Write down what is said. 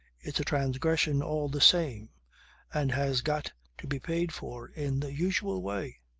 it's a transgression all the same and has got to be paid for in the usual way.